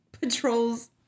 patrols